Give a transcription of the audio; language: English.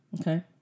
Okay